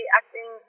acting